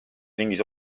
ringis